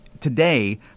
Today